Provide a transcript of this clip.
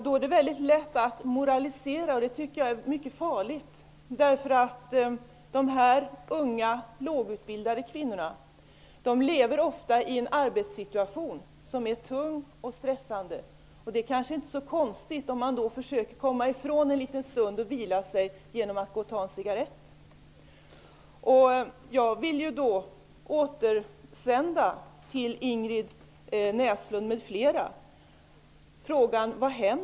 Då är det väldigt lätt att moralisera, och det tycker jag är mycket farligt. Dessa unga lågutbildade kvinnor lever ofta i en arbetssituation som är tung och stressande. Det är kanske inte så konstigt att de då försöker att komma ifrån en liten stund och vila sig genom att gå och ta en cigarrett.